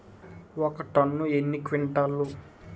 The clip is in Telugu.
ఒక టన్ను ఎన్ని క్వింటాల్లు?